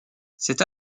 cette